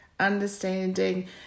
understanding